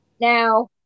Now